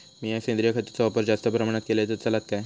मीया सेंद्रिय खताचो वापर जास्त प्रमाणात केलय तर चलात काय?